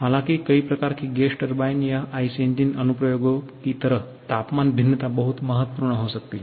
हालांकि कई प्रकार की गैस टरबाइन या आईसी इंजन अनुप्रयोगों की तरह तापमान भिन्नता बहुत महत्वपूर्ण हो सकती है